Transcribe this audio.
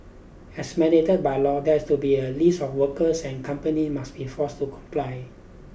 as mandated by law there has to be a list of workers and companies must be forced to comply